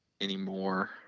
anymore